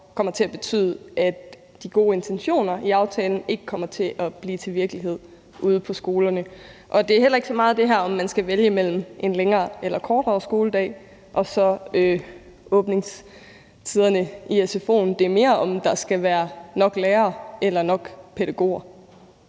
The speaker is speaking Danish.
kommer til at betyde, at de gode intentioner i aftalen ikke kommer til at blive til virkelighed ude på skolerne. Det er heller ikke så meget det her med, om man skal vælge mellem en længere eller kortere skoledag og så åbningstiderne i sfo'en. Det er mere, om der skal være nok lærere eller nok pædagoger.